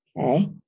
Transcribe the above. Okay